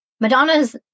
Madonna's